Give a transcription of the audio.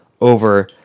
over